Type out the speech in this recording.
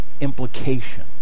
implication